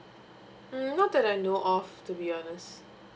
mm not that I know of to be honest